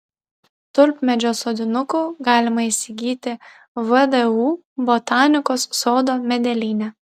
tulpmedžio sodinukų galima įsigyti vdu botanikos sodo medelyne